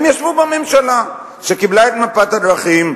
הם ישבו בממשלה שקיבלה את מפת הדרכים,